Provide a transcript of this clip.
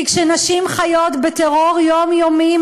כי כשנשים חיות בטרור יומיומי,